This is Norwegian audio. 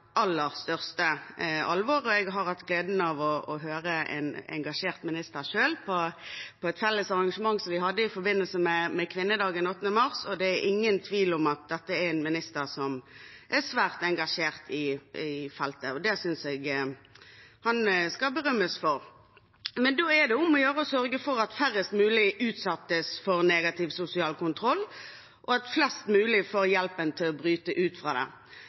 et felles arrangement i forbindelse med kvinnedagen 8. mars, og det er ingen tvil om at dette er en minister som er svært engasjert i feltet. Det synes jeg han skal berømmes for. Men da er det om å gjøre å sørge for at færrest mulig utsettes for negativ sosial kontroll, og at flest mulig får hjelp til å bryte ut av det.